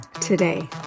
today